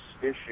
issue